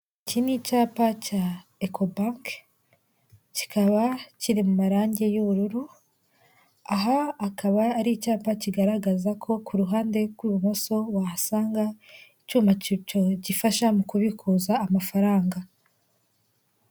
Iki ni icyapa cya ekobanke kikaba kiri mu marange y'ubururu, aha akaba ari icyapa kigaragaza ko ku ruhande rw'ibumoso wahasanga icyuma gifasha mu kubikuza amafaranga.